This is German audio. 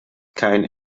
kein